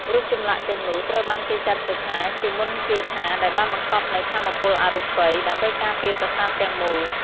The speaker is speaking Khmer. រូបចម្លាក់ទាំងនោះត្រូវបានគេចាត់ទុកថាជាមន្តគាថាដែលបានបង្កប់នូវថាមពលអរូបី ដើម្បីការពារប្រាសាទទាំងមូល។